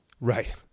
Right